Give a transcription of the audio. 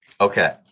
Okay